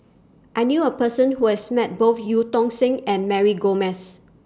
I knew A Person Who has Met Both EU Tong Sen and Mary Gomes